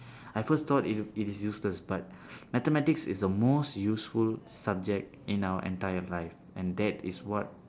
I first thought it it is useless but mathematics is the most useful subject in our entire life and that is what